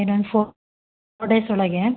ಇನ್ನೊಂದು fo four days ಒಳಗೆ